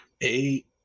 eight